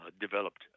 developed